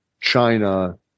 China